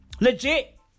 Legit